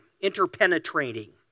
interpenetrating